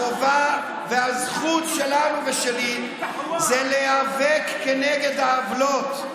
החובה והזכות שלנו ושלי, היא להיאבק כנגד העוולות.